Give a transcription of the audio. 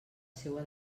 seua